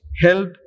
held